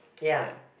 ya